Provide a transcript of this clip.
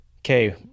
Okay